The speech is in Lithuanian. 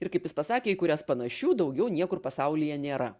ir kaip jis pasakė į kurias panašių daugiau niekur pasaulyje nėra